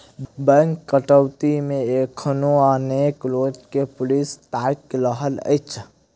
bank डकैती मे एखनो अनेको लोक के पुलिस ताइक रहल अछि